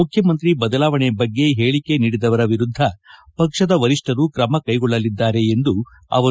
ಮುಖ್ಯಮಂತ್ರಿ ಬದಲಾವಣೆ ಬಗ್ಗೆ ಹೇಳಿಕೆ ನೀಡಿದವರ ವಿರುದ್ಧ ಪಕ್ಷದ ವರಿಷ್ಠರು ಕ್ರಮ ಕೈಗೊಳ್ಳಲಿದ್ದಾರೆ ಎಂದರು